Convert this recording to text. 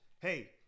hey